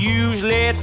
usually